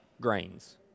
grains